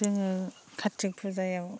जोङो खाथि फुजायाव